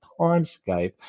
timescape